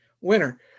winner